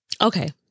okay